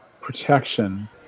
protection